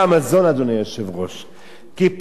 כי פעם זה יצא זיוף של עראק,